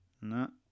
No